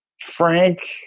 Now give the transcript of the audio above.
Frank